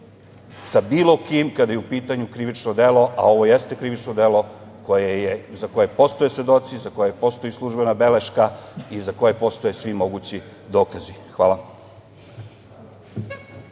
sa bilo kim kada je u pitanju krivično delo, a ovo jeste krivično delo za koje postoje svedoci, za koje postoji službena beleška i za koje postoje svi mogući dokazi. Hvala.